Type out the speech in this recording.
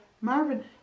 Marvin